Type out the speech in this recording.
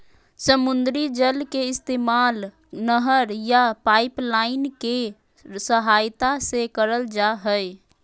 समुद्री जल के इस्तेमाल नहर या पाइपलाइन के सहायता से करल जा हय